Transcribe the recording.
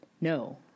No